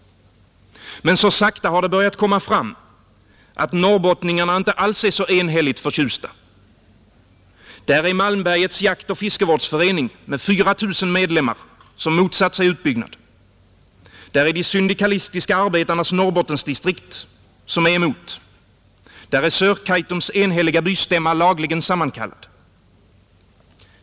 Men så sakta har det börjat komma fram att norrbottningarna inte alls är så enhälligt förtjusta, Där är Malmbergets jaktoch fiskevårdsförening med 4 000 medlemmar som motsatt sig utbyggnad. Där är de syndikalistiska arbetarnas Norrbottensdistrikt som är emot, Där är Sörkaitums enhälliga bystämma, lagligen sammankallad.